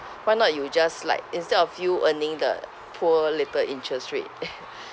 why not you just like instead of you earning the poor little interest rate